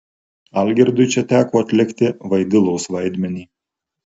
algirdui čia teko atlikti vaidilos vaidmenį